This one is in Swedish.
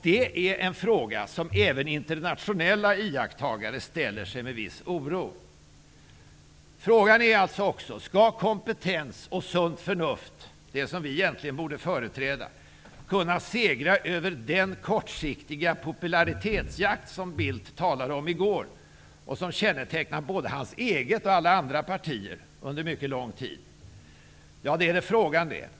Det är en fråga som även internationella iakttagare ställer sig med viss oro. Frågan är också: Skall kompetens och sunt förnuft, det som vi egentligen borde företräda, kunna segra över den kortsiktiga popularitetsjakt som Bildt talade om i går och som har kännetecknat både hans eget och alla andra partier under mycket lång tid? Ja, det är frågan det.